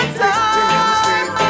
time